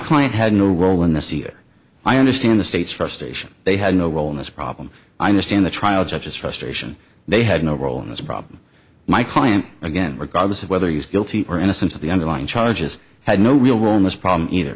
client had no role in the sea or i understand the state's frustration they had no role in this problem i understand the trial judge's frustration they had no role in this problem my client again regardless of whether he's guilty or innocent of the underlying charges had no real role in this problem either